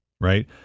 right